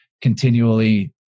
continually